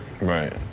Right